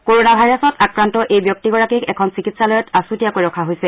corona ভাইৰাছত আক্ৰান্ত এই ব্যক্তিগৰাকীক এখন চিকিৎসালয়ত আছুতীয়াকৈ ৰখা হৈছে